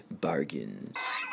bargains